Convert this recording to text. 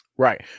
Right